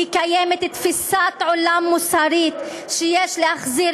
כי קיימת תפיסת עולם מוסרית שיש להחזיר